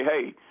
hey